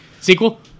Sequel